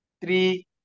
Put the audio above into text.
three